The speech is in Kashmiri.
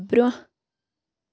برٛونٛہہ